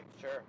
sure